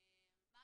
האוכלוסייה.